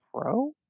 pro